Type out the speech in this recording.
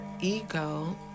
ego